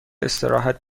استراحت